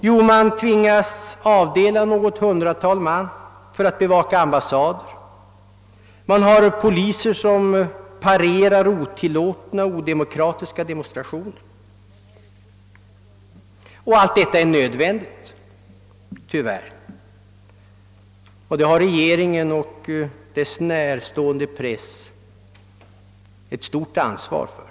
Jo, man tvingas avdela något hundratal man för att bevaka ambassader, man har poliser som parerar otillåtna och odemokratiska demonstrationer. Allt detta är tyvärr nödvändigt, och det har regeringen och dess närstående press ett stort ansvar för.